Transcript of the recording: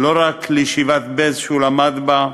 לא רק לישיבת בעלז שהוא למד בה,